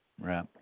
right